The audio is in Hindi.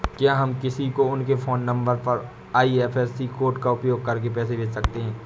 क्या हम किसी को उनके फोन नंबर और आई.एफ.एस.सी कोड का उपयोग करके पैसे कैसे भेज सकते हैं?